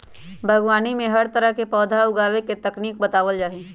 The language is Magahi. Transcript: बागवानी में हर तरह के पौधा उगावे के तकनीक बतावल जा हई